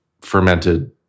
fermented